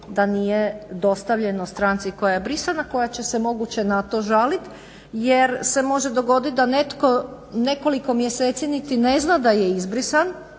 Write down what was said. da nije dostavljeno stranci koja je brisana koja će se moguće na to žaliti. Jer se može dogoditi da netko nekoliko mjeseci niti ne zna da je izbrisan,